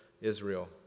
Israel